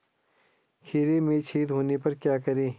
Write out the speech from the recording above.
खीरे में छेद होने पर क्या करें?